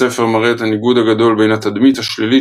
הספר מראה את הניגוד הגדול בין התדמית השלילית